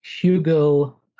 Hugo